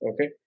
Okay